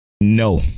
No